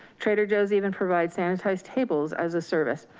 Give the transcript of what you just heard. trader joe's even provide sanitized tables as a service.